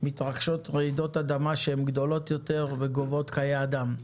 מתרחשות רעידות אדמה שהן גדולות יותר וגובות חיי אדם.